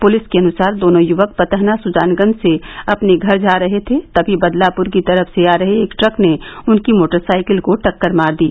police के अनुसार दोनों युवक पतहना सुजानगंज से अपने घर जा रहे थे तभी बदलापुर की तरफ से आ रहे एक ट्रक ने उनकी मोटरसाइकिल को टक्कर मार दी